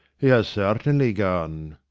he has certainly gone.